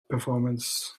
performance